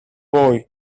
boy